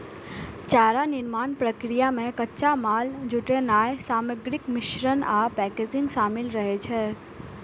चारा निर्माण प्रक्रिया मे कच्चा माल जुटेनाय, सामग्रीक मिश्रण आ पैकेजिंग शामिल रहै छै